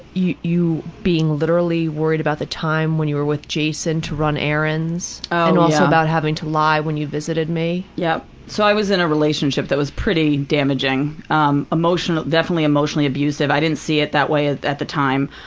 you you being literally worried about the time when you were with jason to run errands and also about having to lie when you visited me. yep. so i was in a relationship that was pretty damaging. um definitely emotional abusive i didn't see it that way at the time.